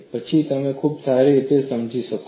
પછી તમે ખૂબ સારી રીતે સમજી શકશો